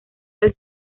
del